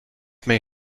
may